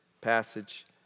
passage